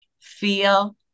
feel